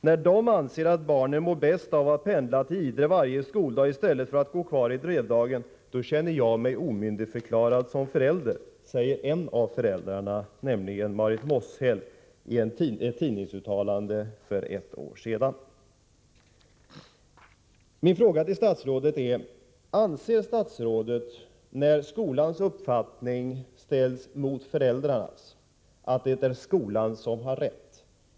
När de anser att barnen mår bäst av att pendla till Idre varje skoldag istället för att gå kvar i Drevdagen, då känner jag mig omyndigförklarad som förälder.” Detta säger en av föräldrarna, Marit Mosshäll, i ett tidningsutta lande för ett år sedan. Min fråga till statsrådet är: Anser statsrådet att när skolans uppfattning ställs mot föräldrarnas är det skolan som har rätt?